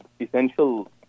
essential